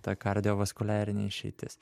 ta kardio vaskuliarinis išeitis